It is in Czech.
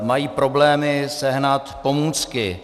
Mají problémy sehnat pomůcky.